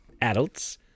adults